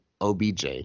OBJ